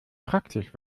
praktisch